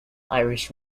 irish